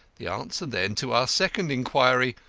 the answer, then, to our second inquiry,